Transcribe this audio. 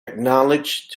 acknowledged